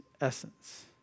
essence